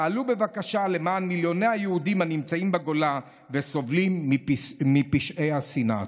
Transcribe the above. פעלו בבקשה למען מיליוני היהודים הנמצאים בגולה וסובלים מפשעי השנאה.